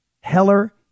Heller